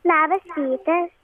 labas rytas